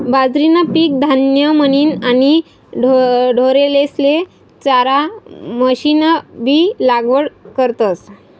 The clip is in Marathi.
बाजरीनं पीक धान्य म्हनीन आणि ढोरेस्ले चारा म्हनीनबी लागवड करतस